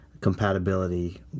compatibility